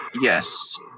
yes